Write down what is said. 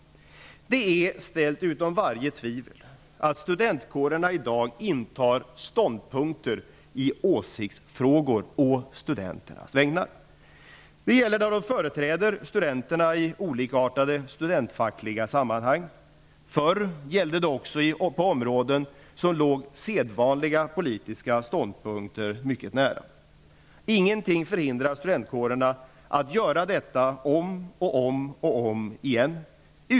Det är ställt utom varje tvivel att studentkårerna i dag intar ståndpunkter å studenternas vägnar i åsiktsfrågor. Det gäller när de företräder studenterna i olika studentfackliga sammanhang. Förr gällde det också sådant som låg sedvanliga politiska ståndpunkter mycket nära. Det finns ingenting som förhindrar studentkårerna att göra detta om och om igen.